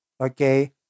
okay